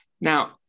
Now